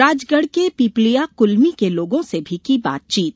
राजगढ के पीपलिया कुलमी के लोगों से भी की बातचीत